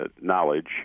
knowledge